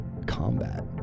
combat